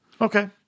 Okay